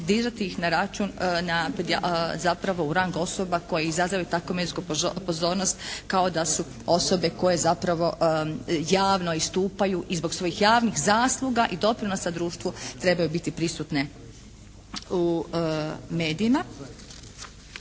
dizati ih zapravo u rang osoba koje izazivaju takvu medijsku pozornost kao da su osobe koje zapravo javno istupaju i zbog svojih javnih zasluga i doprinosa društvu trebaju biti prisutne u medijima.